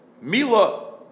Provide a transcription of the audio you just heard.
Mila